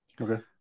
Okay